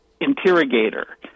interrogator